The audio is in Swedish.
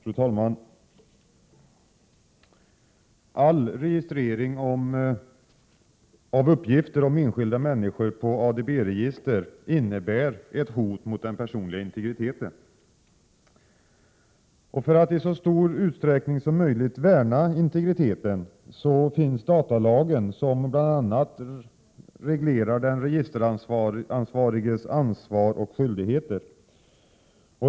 Fru talman! Allt samlande av uppgifter om enskilda människor i ADB register innebär ett hot mot den personliga integriteten. För att i så stor utsträckning som möjligt värna integriteten finns datalagen, som reglerar bl.a. den registeransvariges ansvar och skyldigheter.